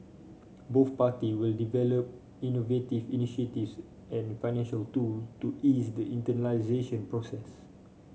both parties will also develop innovative initiatives and financial tool to ease the process